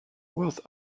was